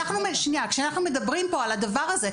כשאנחנו מדברים על הדבר הזה,